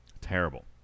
Terrible